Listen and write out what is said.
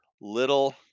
little